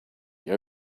your